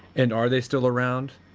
and are they still around?